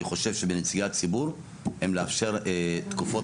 אני חושב שבנציגי הציבור הם לאפשר תקופות